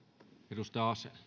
arvoisa